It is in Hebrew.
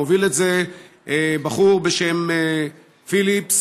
מוביל את זה בחור בשם פיליפס,